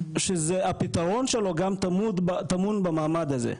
שזה הפתרון שלו גם טמון במעמד הזה,